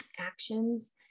actions